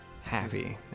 Happy